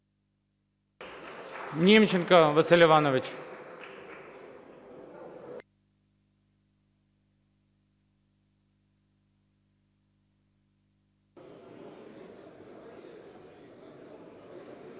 Німченко Василь Іванович.